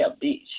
Beach